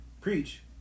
preach